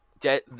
dead